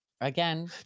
Again